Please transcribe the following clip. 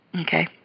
Okay